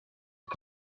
est